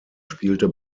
spielte